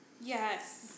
Yes